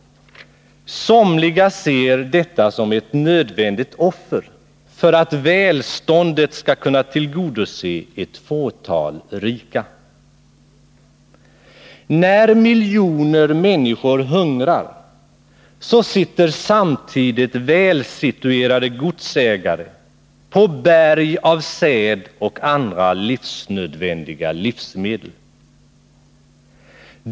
Somliga ser detta som ett nödvändigt offer för att välståndet skall kunna tillgodose ett fåtal rika. När miljoner människor hungrar sitter samtidigt välsituerade godsägare på berg av säd och andra livsnödvändiga livsmedel.